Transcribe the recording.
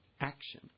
action